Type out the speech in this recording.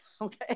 okay